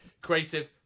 creative